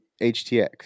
HTX